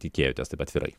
tikėjotės taip atvirai